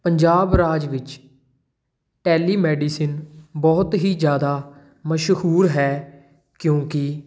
ਪੰਜਾਬ ਰਾਜ ਵਿੱਚ ਟੈਲੀਮੈਡੀਸਨ ਬਹੁਤ ਹੀ ਜ਼ਿਆਦਾ ਮਸ਼ਹੂਰ ਹੈ ਕਿਉਂਕਿ